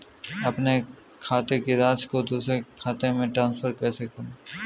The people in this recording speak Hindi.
अपने खाते की राशि को दूसरे के खाते में ट्रांसफर कैसे करूँ?